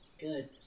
Good